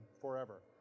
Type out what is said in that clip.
forever